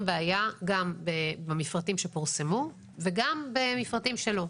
בעיה גם במפרטים שפורסמו וגם במפרטים שלא.